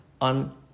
on